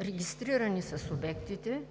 регистрирани са субектите,